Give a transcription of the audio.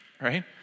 right